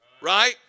right